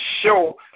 show